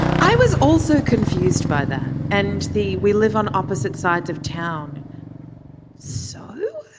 i was also confused by that and the. we live on opposite sides of town so.